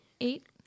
eight